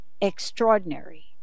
extraordinary